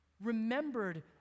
remembered